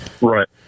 right